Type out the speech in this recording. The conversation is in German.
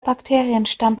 bakterienstamm